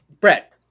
Brett